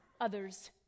others